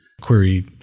query